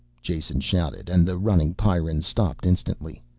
jason shouted, and the running pyrrans stopped instantly.